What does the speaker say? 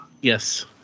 Yes